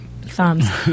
thumbs